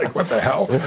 like, what the hell?